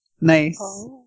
Nice